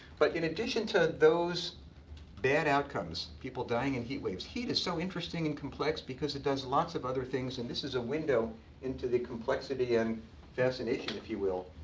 but in addition to those bad outcomes, people dying in heat waves, heat is so interesting and complex, because it does lots of other things. and this is a window into the complexity and fascination, if you will,